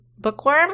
bookworm